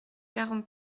quarante